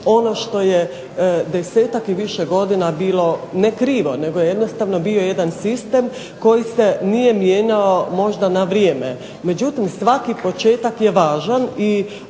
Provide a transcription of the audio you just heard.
ono što je 10-tak i više godina bila ne krivo, nego jednostavno bio jedan sistem koji se nije mijenjao na vrijeme. Međutim, svaki početak je važan i